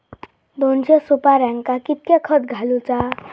दोनशे सुपार्यांका कितक्या खत घालूचा?